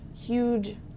huge